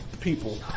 people